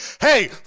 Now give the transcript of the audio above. Hey